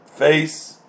face